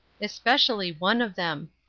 especially one of them,